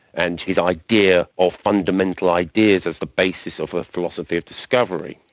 and his idea of fundamental ideas as the basis of a philosophy of discovery.